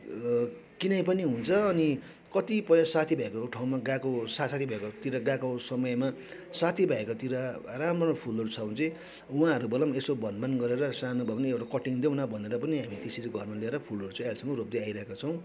किने पनि हुन्छ अनि कतिपय साथीभाइहरूको ठाउँमा गएको साथीहरू भेट भएको समयमा साथीभाइकोतिर राम्रो फुलहरू छ भने चाहिँ उहाँहरूबाट पनि यसो भनभान गरेर सानो भए पनि एउटा कटिङ् देऊ न भनेर पनि हामी त्यसरी घरमा ल्याएर फुल रोप्छौँ अहिलेसम्म रोप्दै आइरहेको छौँ